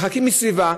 מחכים סביבה.